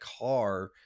car